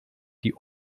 die